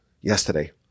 yesterday